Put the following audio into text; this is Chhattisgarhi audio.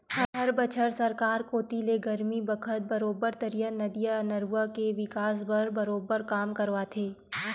हर बछर सरकार कोती ले गरमी बखत बरोबर तरिया, नदिया, नरूवा के बिकास बर बरोबर काम करवाथे